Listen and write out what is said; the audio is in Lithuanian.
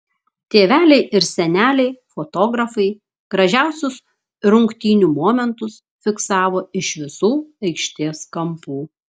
tėveliai ir seneliai fotografai gražiausius rungtynių momentus fiksavo iš visų aikštės kampų